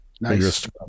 Nice